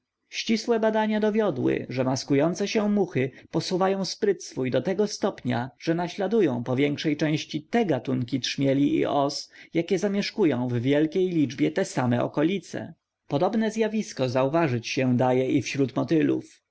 ścisłe badania dowiodły że maskujące się muchy posuwają spryt swój do tego stopnia że naśladują po większej części te gatunki trzmielów i os jakie zamieszkują w wielkiej liczbie te same okolice podobne zjawisko zauważyć się daje i wśród